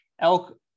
elk